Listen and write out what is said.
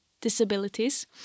disabilities